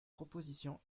proposition